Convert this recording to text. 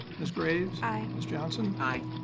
ms. graves. aye. ms. johnson. aye.